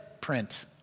print